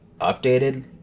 updated